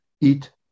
eat